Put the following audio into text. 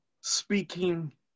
speaking